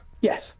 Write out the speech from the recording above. Yes